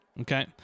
Okay